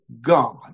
God